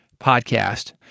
podcast